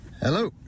Hello